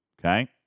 Okay